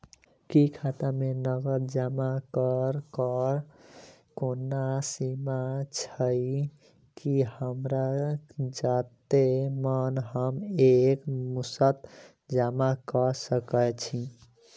की खाता मे नगद जमा करऽ कऽ कोनो सीमा छई, की हमरा जत्ते मन हम एक मुस्त जमा कऽ सकय छी?